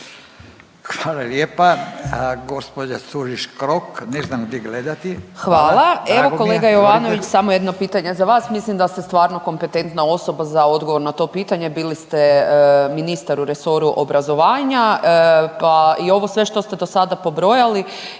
vrijeme./… **Curiš Krok, Anita (SDP)** Hvala. Evo kolega Jovanović samo jedno pitanje za vas, mislim da ste stvarno kompetentna osoba za odgovor na to pitanje, bili ste ministar u resoru obrazovanja, pa i ovo sve što ste do sada pobrojali